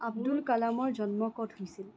আব্দুল কালামৰ জন্ম ক'ত হৈছিল